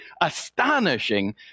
astonishing